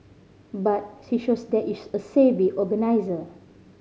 but she shows that is a savvy organiser